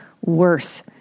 worse